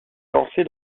lancer